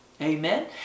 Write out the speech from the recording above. amen